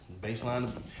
Baseline